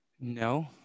No